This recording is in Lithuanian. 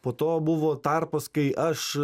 po to buvo tarpas kai aš